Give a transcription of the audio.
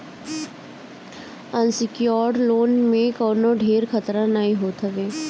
unsecured loan में कवनो ढेर खतरा नाइ होत हवे